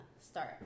start